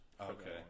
okay